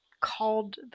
called